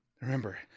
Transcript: Remember